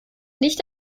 nicht